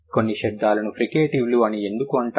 కొన్ని శబ్దాలను ఫ్రికేటివ్లు అని ఎందుకు అంటారు